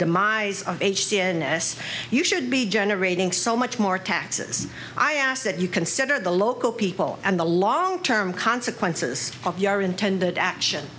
demise of h cns you should be generating so much more taxes i ask that you consider the local people and the long term consequences of your intended action